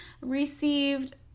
received